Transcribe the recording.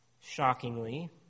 Shockingly